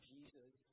Jesus